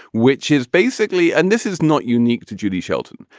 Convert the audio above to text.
which is basically and this is not unique to judy shelton.